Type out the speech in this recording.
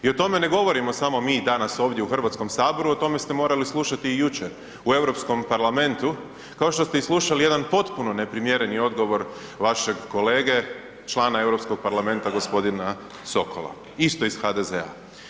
I o tome ne govorimo samo mi danas ovdje u Hrvatskom saboru, o tome ste morali slušati i jučer u Europskom parlamentu kao što ste slušali jedan potpuno neprimjereni odgovor vašeg kolege, člana Europskog parlamenta gospodina Sokola isto iz HDZ-a.